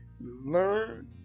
Learn